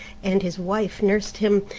and his wife nursed him,